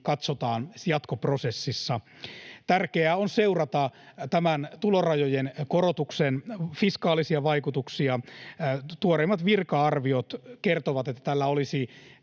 katsotaan jatkoprosessissa. Tärkeää on seurata tämän tulorajojen korotuksen fiskaalisia vaikutuksia. Tuoreimmat virka-arviot kertovat, että tällä olisi